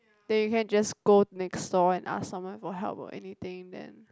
then you can't just go next door and ask someone for help or anything then